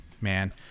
Man